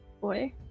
boy